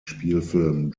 spielfilm